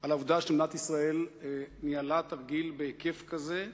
על העובדה שמדינת ישראל ניהלה תרגיל בהיקף כזה,